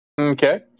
Okay